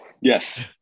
Yes